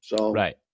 Right